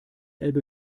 elbe